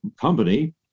Company